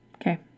Okay